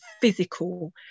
physical